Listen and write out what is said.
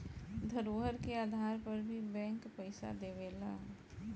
धरोहर के आधार पर भी बैंक पइसा देवेला